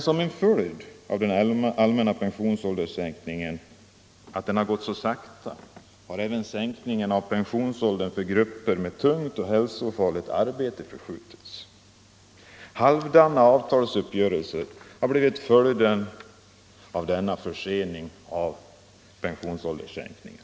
Som en följd av att den allmänna pensionsålderssänkningen har gått så sakta har även sänkningen av pensionsåldern för grupper med tungt och hälsofarligt arbete förskjutits. Halvdana avtalsuppgörelser har blivit följden av denna fördröjning av pensionsålderssänkningen.